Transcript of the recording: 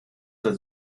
der